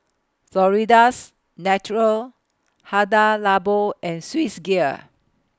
Florida's Natural Hada Labo and Swissgear